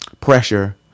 pressure